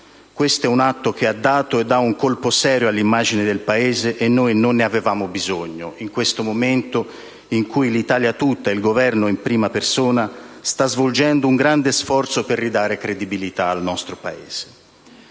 questo è un atto che ha dato e da un colpo serio all'immagine del Paese, e noi non ne avevamo bisogno in questo momento in cui l'Italia tutta, e il Governo in prima persona, stanno attuando un grande sforzo per ridare credibilità al nostro Paese.